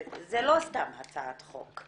זו לא סתם הצעת חוק,